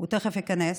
הוא תכף ייכנס.